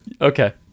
Okay